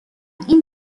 این